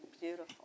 Beautiful